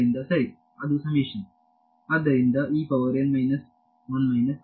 ಆದ್ದರಿಂದ ಸರಿ ಅದು ಸಮೇಶನ್ ಆದ್ದರಿಂದ ವಿದ್ಯಾರ್ಥಿ ಸರ್